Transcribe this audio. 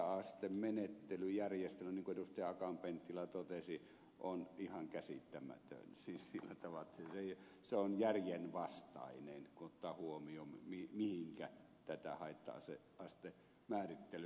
akaan penttilä totesi on ihan käsittämätön siis sillä taval la että se on järjenvastainen kun ottaa huomioon mihinkä tätä haitta astemäärittelymenettelyä kohdennetaan